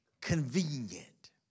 convenient